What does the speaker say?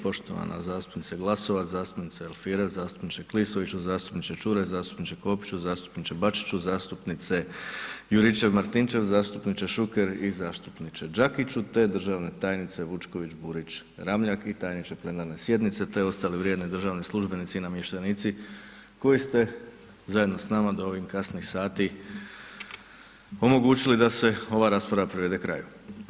Poštovana zastupnice Glasovac, zastupnice Alfirev, zastupniče Klisoviću, zastupniče Čuraj, zastupniče, ... zastupniče Bačiću, zastupnice Juričev Martinčev, zastupniče Šuker i zastupniče Đakiću te državna tajnice Vučkov Burić Ramljak i tajniče plenarne sjednice te ostali vrijedni državni službenici i namještenici koji ste zajedno s nama do ovih kasnih sati omogućili da se ova rasprava privrede kraju.